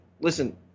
Listen